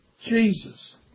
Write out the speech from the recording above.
Jesus